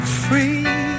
free